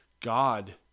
God